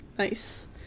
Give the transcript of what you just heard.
Nice